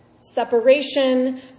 separation